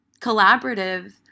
collaborative